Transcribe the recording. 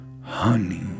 honey